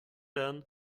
than